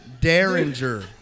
Derringer